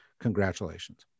congratulations